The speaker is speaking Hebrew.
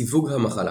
סיווג המחלה